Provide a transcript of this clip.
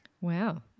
Wow